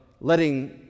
letting